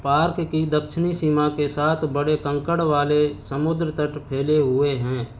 park की दक्षिणी सीमा के साथ बड़े कंकड़ वाले समुद्र तट फैले हुए हैं